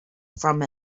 from